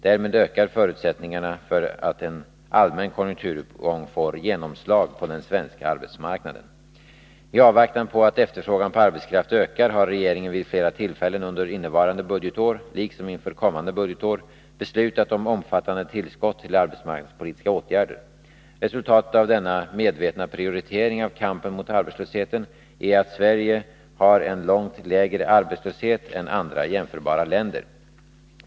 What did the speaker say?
Därmed ökar förutsättningarna för att en allmän konjunkturuppgång får genomslag på den svenska arbetsmarknaden. I avvaktan på att efterfrågan på arbetskraft ökar har regeringen vid flera tillfällen under innevarande budgetår, liksom inför kommande budgetår, beslutat om omfattande tillskott till arbetsmarknadspolitiska åtgärder. Resultatet av denna medvetna prioritering av kampen mot arbetslösheten är 157 att Sverige har en långt lägre arbetslöshet än andra jämförbara länder.